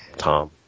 Tom